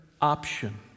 option